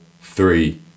three